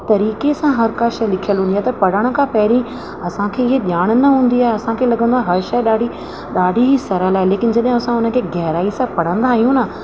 तरीक़े सां हर का शइ लिखियल हूंदी आहे त पढ़ण खां पहिरीं असांखे इहा ॼाण न हूंदी आहे असांखे लॻंदो आहे हर शइ ॾाढी ॾाढी सरल आहे लेकिन जॾहिं असां उनखे गहिराई सां पढ़ंदा आहियूं न